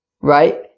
right